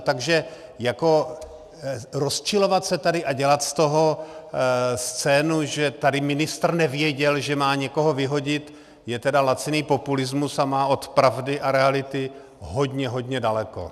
Takže jako rozčilovat se tady a dělat z toho scénu, že tady ministr nevěděl, že má někoho vyhodit, je tedy laciný populismus a má od pravdy a reality hodně, hodně daleko.